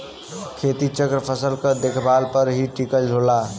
खेती चक्र फसल क देखभाल पर ही टिकल होला